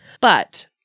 But-